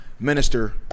Minister